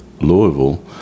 Louisville